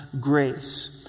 grace